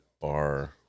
bar